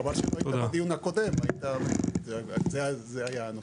חבל שלא היית בדיון הקודם, זה היה הנושא.